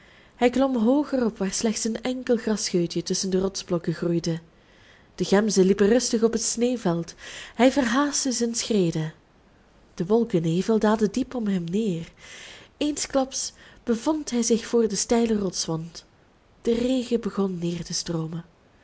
hij klom hooger op waar slechts een enkel grasscheutje tusschen de rotsblokken groeide de gemzen liepen rustig op het sneeuwveld hij verhaastte zijn schreden de wolkennevel daalde diep om hem neer eensklaps bevond hij zich voor den steilen rotswand de regen begon neer te stroomen